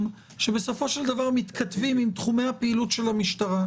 שבסופו של דבר מתכתבים עם תחומי הפעילות של המשטרה.